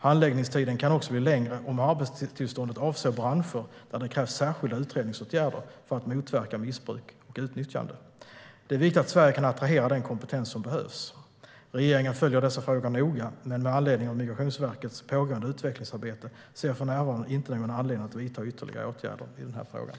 Handläggningstiden kan också bli längre om arbetstillståndet avser branscher där det krävs särskilda utredningsåtgärder för att motverka missbruk och utnyttjande. Det är viktigt att Sverige kan attrahera den kompetens som behövs. Regeringen följer dessa frågor noga, men med anledning av Migrationsverkets pågående utvecklingsarbete ser jag för närvarande inte någon anledning att vidta ytterligare åtgärder i den här frågan.